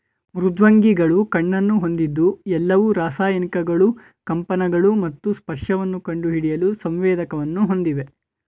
ಮೃದ್ವಂಗಿಗಳು ಕಣ್ಣನ್ನು ಹೊಂದಿದ್ದು ಎಲ್ಲವು ರಾಸಾಯನಿಕಗಳು ಕಂಪನಗಳು ಮತ್ತು ಸ್ಪರ್ಶವನ್ನು ಕಂಡುಹಿಡಿಯಲು ಸಂವೇದಕವನ್ನು ಹೊಂದಿವೆ